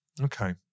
Okay